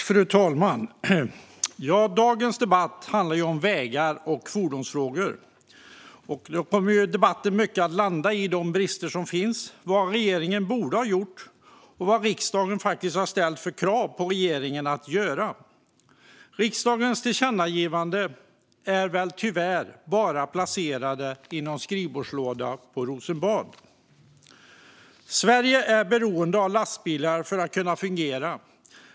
Fru talman! Denna debatt handlar om vägar och fordonsfrågor. Den kommer till stor del att landa i de brister som finns, vad regeringen borde ha gjort åt dem och vilka krav riksdagen faktiskt har ställt på regeringen. Riksdagens tillkännagivanden har väl tyvärr bara placerats i någon skrivbordslåda på Rosenbad. Sverige är beroende av lastbilar för att kunna fungera.